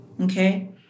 okay